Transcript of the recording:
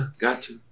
Gotcha